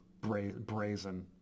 brazen